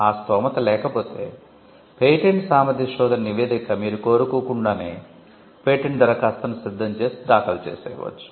ఆ స్తోమత లేక పోతే పేటెంట్ సామర్థ్య శోధన నివేదిక మీరు కోరుకోకుండానే పేటెంట్ దరఖాస్తును సిద్ధం చేసి దాఖలు చేసేయవచ్చు